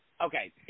okay